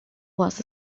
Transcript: was